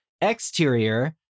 Exterior